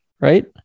right